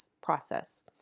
process